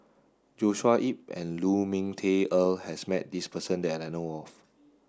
Joshua Ip and Lu Ming Teh Earl has met this person that I know of